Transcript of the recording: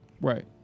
right